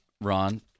Ron